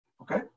Okay